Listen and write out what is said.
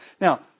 Now